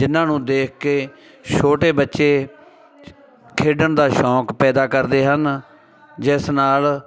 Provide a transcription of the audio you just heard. ਜਿਨਾਂ ਨੂੰ ਦੇਖ ਕੇ ਛੋਟੇ ਬੱਚੇ ਖੇਡਣ ਦਾ ਸ਼ੌਂਕ ਪੈਦਾ ਕਰਦੇ ਹਨ ਜਿਸ ਨਾਲ